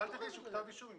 ואל תגישו כתב אישום.